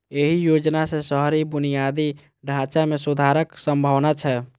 एहि योजना सं शहरी बुनियादी ढांचा मे सुधारक संभावना छै